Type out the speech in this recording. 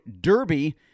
DERBY